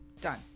done